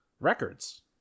records